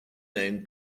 name